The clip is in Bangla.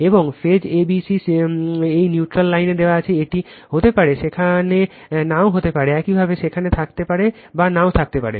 এবং ফেজ a b c এই নিউট্রাল লাইন দেওয়া হয় এটা হতে পারে সেখানে নাও থাকতে পারে একইভাবে সেখানে থাকতে পারে বা নাও থাকতে পারে